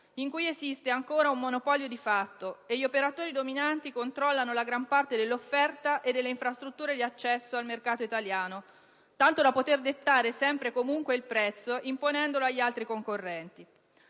in cui esiste ancora un monopolio di fatto, in cui gli operatori dominanti controllano la gran parte dell'offerta e delle infrastrutture di accesso al mercato italiano tanto da poter dettare sempre e comunque il prezzo imponendolo agli altri concorrenti.